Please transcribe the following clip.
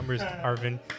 Arvin